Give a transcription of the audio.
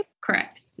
Correct